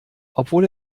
obwohl